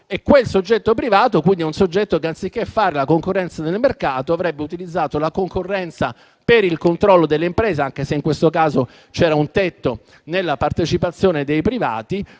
un soggetto privato che, anziché fare concorrenza nel mercato, avrebbe utilizzato la concorrenza per il controllo delle imprese, anche se, in questo caso, c'era un tetto alla partecipazione dei privati